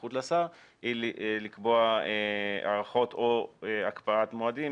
סמכות לשר לקבוע הארכות או הקפאת מועדים,